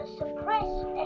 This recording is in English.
suppressed